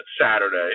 Saturday